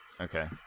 Okay